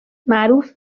معروف